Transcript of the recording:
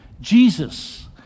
Jesus